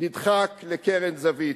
נדחק לקרן זווית.